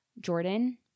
Jordan